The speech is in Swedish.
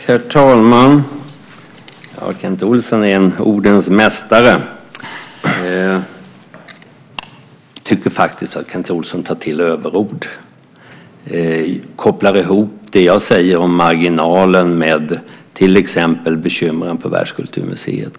Herr talman! Kent Olsson är en ordens mästare. Jag tycker faktiskt att Kent Olsson tar till överord. Han kopplar ihop det jag säger om marginalen med till exempel bekymren på Världskulturmuseet.